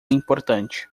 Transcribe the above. importante